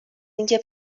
اینکه